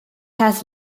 has